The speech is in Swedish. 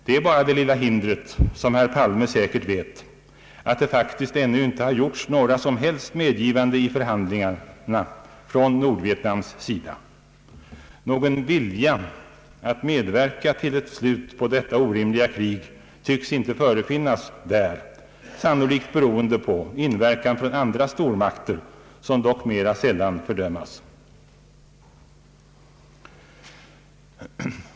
Det är bara det lilla hindret, som herr Palme säkert vet, att det faktiskt ännu inte har gjorts några som helst medgivanden i förhandlingarna från Nordvietnams sida. Någon vilja att medverka till ett slut på detta orimliga krig tycks inte förefinnas där, sannolikt beroende på inverkan från andra stormakter, som dock mera sällan fördöms.